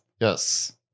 yes